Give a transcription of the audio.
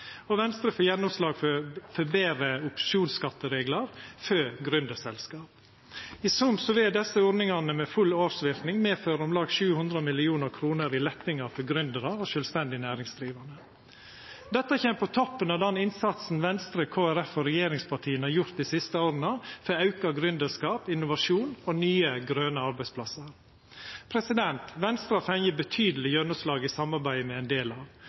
Og Venstre får gjennomslag for betre opsjonsskattereglar for gründarselskap. I sum vil desse ordningane med full årsverknad medføra om lag 700 mill. kr i lette for gründarar og sjølvstendig næringsdrivande. Dette kjem på toppen av den innsatsen Venstre, Kristeleg Folkeparti og regjeringspartia har gjort dei siste åra for auka gründerskap, innovasjon og nye grøne arbeidsplassar. Venstre har fått betydeleg gjennomslag i samarbeidet me er ein del av.